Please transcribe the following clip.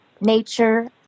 nature